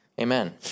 Amen